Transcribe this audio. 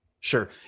Sure